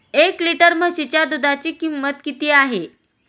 एक लिटर म्हशीच्या दुधाची किंमत किती आहे?